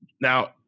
Now